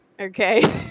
okay